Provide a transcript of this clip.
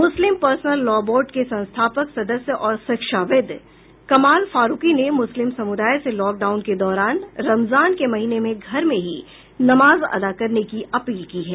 मुस्लिम personal law board के संस्थापक सदस्य और शिक्षाविद् कमाल फारूकी ने मुस्लिम समुदाय से लॉकडाउन के दौरान रमजान के महीने में घर में ही नमाज अदा करने की अपील की है